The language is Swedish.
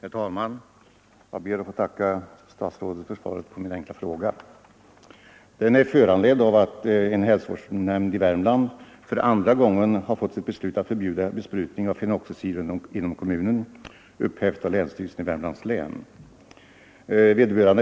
Herr talman! Jag ber att få tacka statsrådet för svaret på min enkla fråga. Den är föranledd av att en hälsovårdsnämnd i Värmland för andra gången fått sitt beslut att förbjuda besprutning med fenoxisyror inom kommunen upphävt av länsstyrelsen i Värmlands län.